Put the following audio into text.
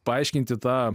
paaiškinti tą